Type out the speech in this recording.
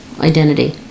Identity